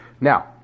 Now